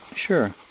sure.